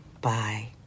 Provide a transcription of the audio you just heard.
Bye